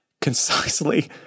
concisely